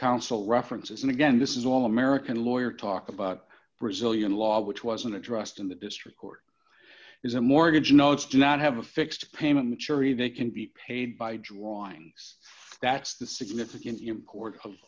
counsel references and again this is all american lawyer talk about brazilian law which wasn't addressed in the district court is a mortgage no it's do not have a fixed payment maturity they can be paid by drawings that's the significant import of